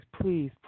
please